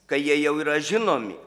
kai jie jau yra žinomi